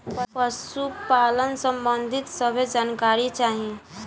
पशुपालन सबंधी सभे जानकारी चाही?